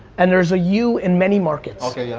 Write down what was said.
and there's a you in many markets okay, yeah.